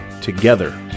together